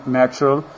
natural